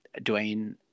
Dwayne